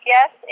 Yes